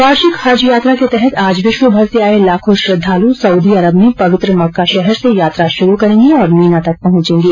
वार्षिक हज यात्रा के तहत आज विश्वभर से आए लाखों श्रद्वालु सऊदी अरब में पवित्र मक्का शहर से यात्रा शुरू करेंगे और मीना तक पहुंचेंगे